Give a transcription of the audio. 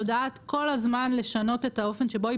היא יודעת כל הזמן לשנות את האופן שבו היא